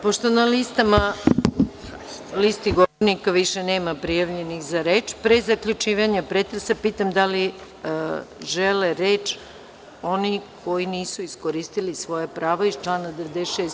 Pošto na listi govornika više nema prijavljenih za reč, pre zaključivanja pretresa, pitam da li žele reč oni koji nisu iskoristili svoje pravo iz člana 96.